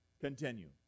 continue